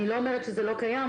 אני לא אומרת שזה לא קיים,